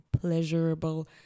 pleasurable